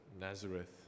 Nazareth